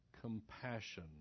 compassion